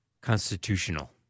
Constitutional